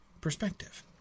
perspective